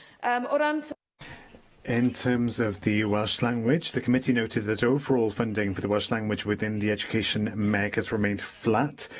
um ah in terms of the welsh language, the committee noted that overall funding for the welsh language within the education meg has remained flat,